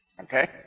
Okay